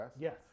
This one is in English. Yes